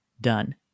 done